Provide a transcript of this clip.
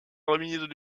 remise